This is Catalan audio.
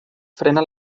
frena